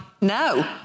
no